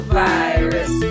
virus